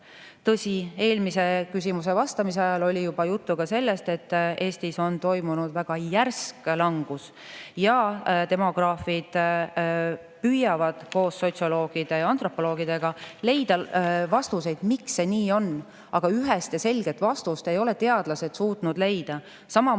Tõsi, eelmisele küsimusele vastamise ajal oli juba juttu sellest, et Eestis on toimunud väga järsk langus, ja demograafid püüavad koos sotsioloogide ja antropoloogidega leida vastuseid, miks see nii on, aga ühest ja selget vastust ei ole teadlased suutnud leida. Samamoodi